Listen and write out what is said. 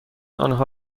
آنها